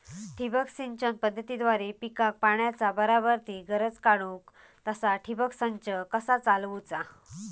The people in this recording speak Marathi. ठिबक सिंचन पद्धतीद्वारे पिकाक पाण्याचा बराबर ती गरज काडूक तसा ठिबक संच कसा चालवुचा?